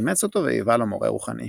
אימץ אותו והיווה לו מורה רוחני.